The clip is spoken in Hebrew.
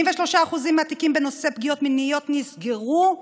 83% מהתיקים בנושא פגיעות מיניות נסגרו,